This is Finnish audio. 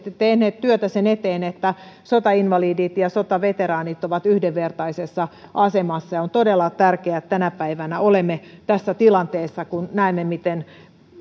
tehneet työtä myöskin sen eteen että sotainvalidit ja sotaveteraanit ovat yhdenvertaisessa asemassa on todella tärkeää että tänä päivänä olemme tässä tilanteessa kun näemme miten